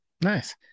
Nice